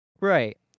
Right